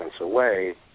away